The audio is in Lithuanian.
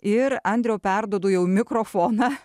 ir andriau perduodu jau mikrofoną